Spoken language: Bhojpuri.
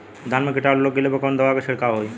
धान में कीटाणु लग गईले पर कवने दवा क छिड़काव होई?